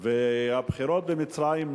הבחירות במצרים,